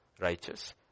righteous